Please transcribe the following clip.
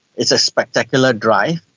it's a spectacular drive,